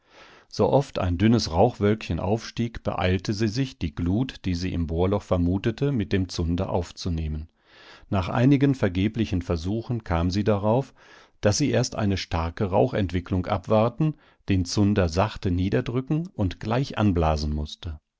sooft ein dünnes rauchwölkchen aufstieg beeilte sie sich die glut die sie im bohrloch vermutete mit dem zunder aufzunehmen nach einigen vergeblichen versuchen kam sie darauf daß sie erst eine starke rauchentwicklung abwarten den zunder sachte niederdrücken und gleich anblasen mußte